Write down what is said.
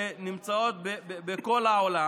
שנמצאות בכל העולם.